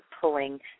pulling